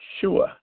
sure